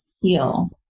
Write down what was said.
heal